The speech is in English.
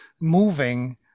moving